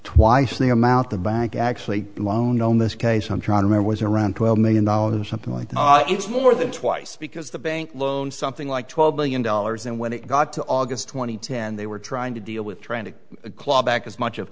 twice the amount the bank actually lono in this case i'm trying to remember was around twelve million dollars or something like that it's more than twice because the bank loan something like twelve million dollars and when it got to august two thousand and ten they were trying to deal with trying to claw back as much of